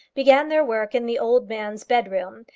began their work in the old man's bed-room,